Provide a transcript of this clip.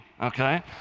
okay